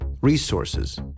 resources